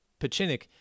Pachinik